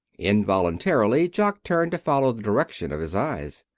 involuntarily jock turned to follow the direction of his eyes.